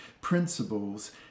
principles